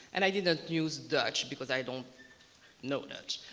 and i didn't ah use dutch because i don't know dutch.